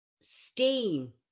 steam